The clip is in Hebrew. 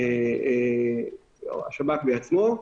השב"כ בעצמו.